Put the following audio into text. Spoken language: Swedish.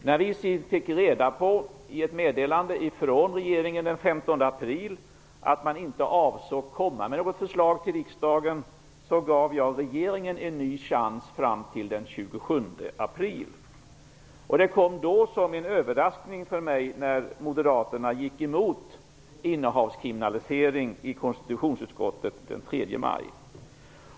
När vi sedan i ett meddelande från regeringen den 15 april fick reda på att man inte avsåg att komma med förslag till riksdagen, gav jag regeringen en ny chans fram till den 27 april. Det kom då som en överraskning för mig när Moderaterna gick emot innehavskriminalisering den 3 maj i konstitutionsutskottet. Herr talman!